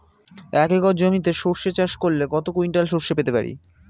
এক একর জমিতে সর্ষে চাষ করলে কত কুইন্টাল সরষে পেতে পারি?